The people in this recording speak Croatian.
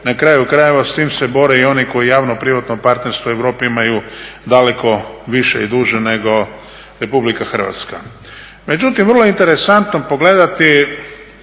Na kraju krajeva s tim se bore i oni koji javno privatno partnerstvo u Europi imaju daleko više i duže nego Republika Hrvatska. Međutim, vrlo je interesantno pogledati